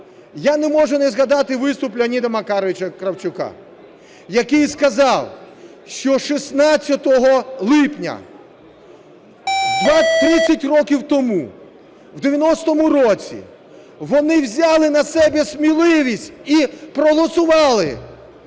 Я не можу не згадати виступ Леоніда Макаровича Кравчука, який сказав, що 16 липня, 30 років тому, в 1990 році вони взяли на себе сміливість і проголосували